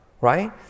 right